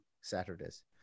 Saturdays